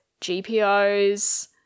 GPOs